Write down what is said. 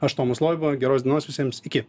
aš tomas loiba geros dienos visiems iki